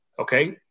Okay